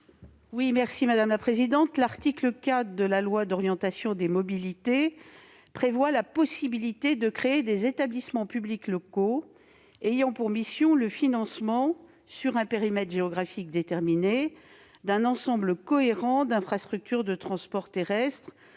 est à Mme la ministre. L'article 4 de la loi d'orientation des mobilités prévoit la possibilité de créer des établissements publics locaux ayant pour mission de financer, sur un périmètre géographique déterminé, un ensemble cohérent d'infrastructures de transport terrestre